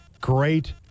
great